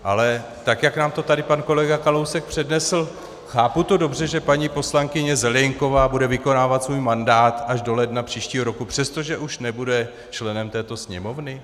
Ale tak jak nám to tady pan kolega Kalousek přednesl chápu to dobře, že paní poslankyně Zelienková bude vykonávat svůj mandát až do ledna příštího roku, přestože už nebude členem této Sněmovny?